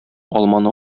алманы